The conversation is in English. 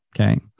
okay